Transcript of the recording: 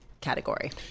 category